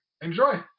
Enjoy